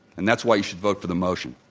and that's why you should vote for the motion.